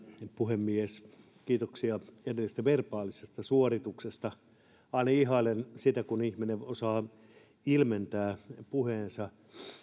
puhemies kiitoksia edellisestä verbaalisesta suorituksesta aina ihailen sitä kun ihminen osaa ilmentää puheensa